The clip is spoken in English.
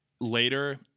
later